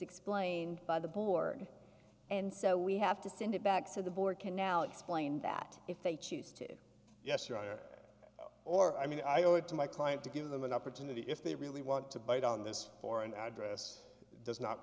explained by the board and so we have to send it back to the board can now explain that if they choose to yes your honor or i mean i owe it to my client to give them an opportunity if they really want to bite on this for an address does not